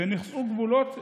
ונחצו גבולות,